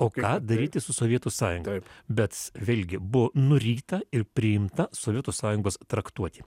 o ką daryti su sovietų sąjunga bet vėlgi buvo nuryta ir priimta sovietų sąjungos traktuotė